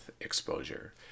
exposure